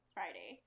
Friday